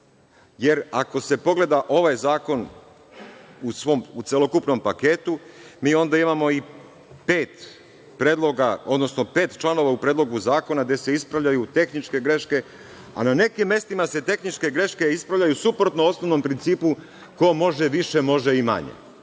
jer ako se pogleda ovaj zakon u svom celokupnom paketu, mi onda imamo i pet predloga, odnosno pet članova u predlogu zakona gde se ispravljaju tehničke greške, a na nekim mestima se tehničke greške ispravljaju suprotno osnovnom principu, ko može više može i manje.